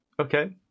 Okay